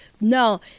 no